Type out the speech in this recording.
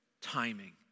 timing